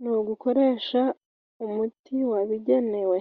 ni ugukoresha umuti wabigenewe.